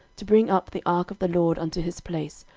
to bring up the ark of the lord unto his place,